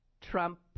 Trump